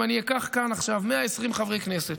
אם אני אקח כאן עכשיו 120 חברי כנסת